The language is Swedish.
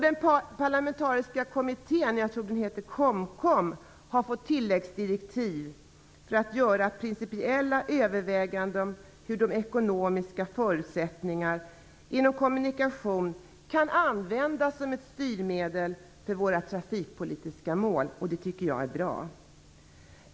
Den parlamentariska kommittén KOMKOM har fått tilläggsdirektiv för att göra principiella överväganden av hur de ekonomiska förutsättningarna inom kommunikation kan användas som styrmedel för våra trafikpolitiska mål, och det tycker jag är bra.